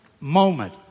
Moment